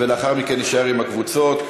ולאחר מכן נישאר עם הקבוצות.